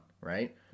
Right